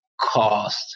cost